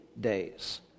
days